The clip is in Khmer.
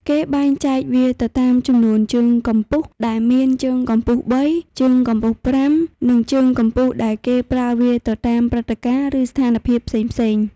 គេបែកចែកវាទៅតាម ចំនួនជើងកំពុះ ដែលមាន ជើងកំពុះ៣ ជើងកំពុះ៥ និងជើងកំពុះ ដែលគេប្រើវាទៅតាមព្រឹត្តិការណ៍ឬស្ថានភាពផ្សេងៗ។